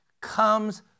comes